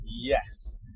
Yes